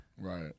Right